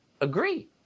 agree